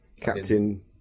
Captain